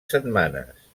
setmanes